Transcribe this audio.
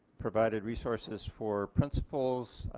provided resources for principals,